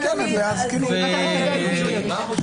יופי.